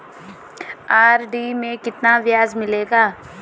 RD में कितना ब्याज मिलेगा?